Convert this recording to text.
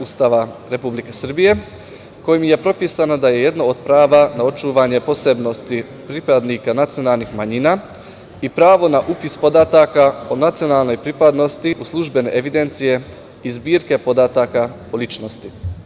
Ustava Republike Srbije kojim je propisano da je jedno od pravo na očuvanje posebnosti pripadnika nacionalnih manjina i pravo na upis podataka o nacionalnoj pripadnosti službene evidencije i zbirke podataka o ličnosti.